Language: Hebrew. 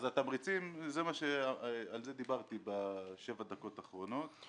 התמריצים, על זה דיברתי בשבע הדקות האחרונות.